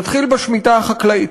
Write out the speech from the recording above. נתחיל בשמיטה החקלאית.